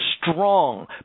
strong